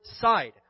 side